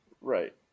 Right